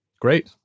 Great